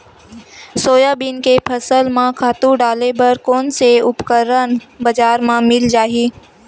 Soybean के फसल म खातु डाले बर कोन से उपकरण बजार म मिल जाहि?